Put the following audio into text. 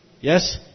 Yes